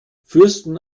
fürsten